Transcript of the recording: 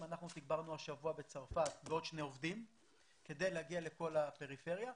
השבוע תגברנו בצרפת בעוד שני עובדים כדי להגיע לכל הפריפריה.